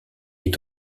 est